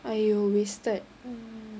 !aiyo! wasted hmm